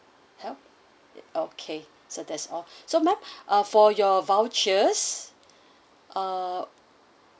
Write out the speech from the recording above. help okay so that's all so ma'am uh for your vouchers uh